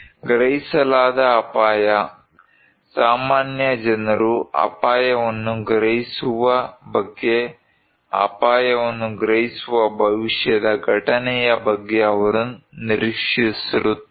ಗ್ರಹಿಸಲಾದ ಅಪಾಯ ಸಾಮಾನ್ಯ ಜನರು ಅಪಾಯವನ್ನು ಗ್ರಹಿಸುವ ಬಗ್ಗೆ ಅಪಾಯವನ್ನು ಗ್ರಹಿಸುವ ಭವಿಷ್ಯದ ಘಟನೆಯ ಬಗ್ಗೆ ಅವರು ನಿರೀಕ್ಷಿಸುತ್ತಾರೆ